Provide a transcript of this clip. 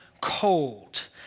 cold